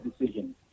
decision